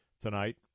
tonight